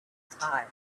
time